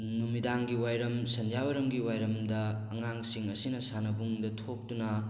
ꯅꯨꯃꯤꯗꯥꯡꯒꯤ ꯋꯥꯏꯔꯝ ꯁꯟꯗ꯭ꯌꯥ ꯋꯥꯏꯔꯝꯒꯤ ꯋꯥꯏꯔꯝꯗ ꯑꯉꯥꯡꯁꯤꯡ ꯑꯁꯤꯅ ꯁꯥꯟꯅꯕꯨꯡꯗ ꯊꯣꯛꯇꯨꯅ